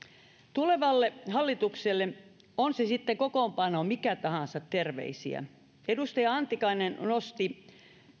tulevalle hallitukselle terveisiä on sen kokoonpano sitten mikä tahansa edustaja antikainen nosti esille